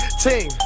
team